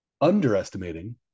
underestimating